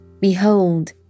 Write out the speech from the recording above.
behold